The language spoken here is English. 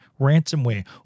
ransomware